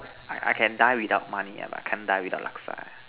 I I can die without money but I can't die without Laksa